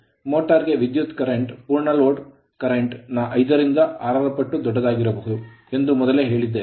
motor ಗೆ ವಿದ್ಯುತ್ current current ಪೂರ್ಣ ಲೋಡ್ current ಕರೆಂಟ್ ನ 5 ರಿಂದ 6 ಪಟ್ಟು ದೊಡ್ಡದಾಗಿರಬಹುದು ಎಂದು ಮೊದಲೇ ಹೇಳಿದ್ದೇವೆ